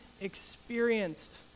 experienced